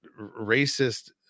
racist